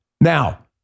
Now